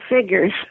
figures